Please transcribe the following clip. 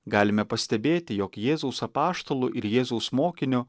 galime pastebėti jog jėzaus apaštalų ir jėzaus mokinio